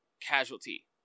casualty